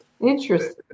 Interesting